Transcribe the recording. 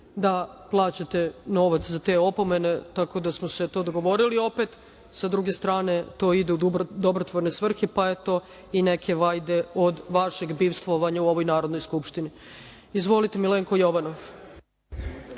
da plaćate novac za te opomene, tako da smo se dogovorili. Opet, sa druge strane, to ide u dobrotvorne svrhe, pa eto i neke vajde od vašeg bivstvovanja u ovoj Narodnoj skupštini. Izvolite, Milenko Jovanov.